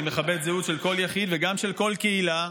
אני מכבד זהות של כל יחיד וגם של כל קהילה.